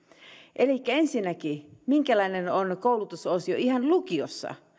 elikkä ensinnäkin minkälainen on koulutusosio ihan lukiossa